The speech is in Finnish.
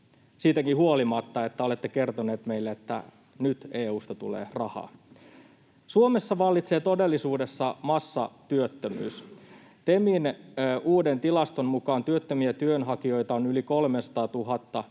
siitäkin huolimatta, että olette kertonut meille, että nyt EU:sta tulee rahaa. Suomessa vallitsee todellisuudessa massatyöttömyys. TEMin uuden tilaston mukaan työttömiä työnhakijoita on yli 300 000,